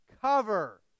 Cover